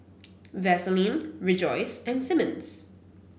Vaseline Rejoice and Simmons